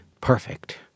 perfect